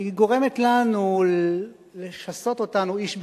והיא גורמת לנו לשסות איש ברעהו,